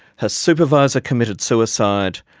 her supervisor committed suicide,